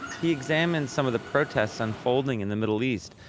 he examines some of the protests unfolding in the middle east,